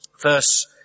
verse